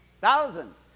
Thousands